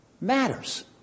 matters